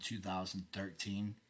2013